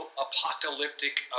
apocalyptic